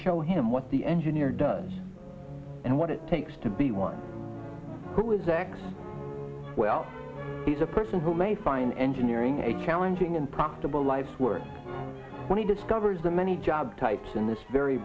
show him what the engineer does and what it takes to be one well he's a person who may find engineering a challenging and profitable life's work when he discovers that many job types in this very